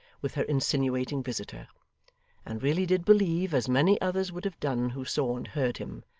with her insinuating visitor and really did believe, as many others would have done who saw and heard him,